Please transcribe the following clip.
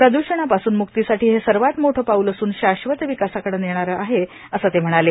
प्रद्षणापासून म्क्तीसाठी हे सर्वात मोठे पाऊल असून शाश्वत विकासाकडे नेणारे आहे अस ते म्हणाले